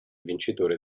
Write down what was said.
vincitore